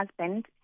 husband